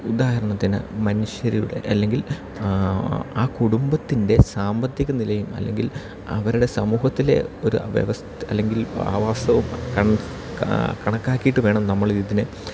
ഉദാഹരണത്തിന് മനുഷ്യരുടെ അല്ലെങ്കിൽ ആ കുടുംബത്തിൻ്റെ സാമ്പത്തിക നിലയും അല്ലെങ്കിൽ അവരുടെ സമൂഹത്തിലെ ഒരു വ്യവസ്ഥ അല്ലെങ്കിൽ ആവാസവും കണ് ക കണക്കാക്കിയിട്ട് വേണം നമ്മളിതിനെ